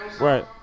Right